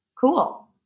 cool